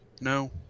No